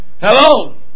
hello